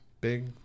Big